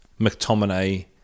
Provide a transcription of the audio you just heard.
McTominay